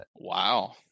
Wow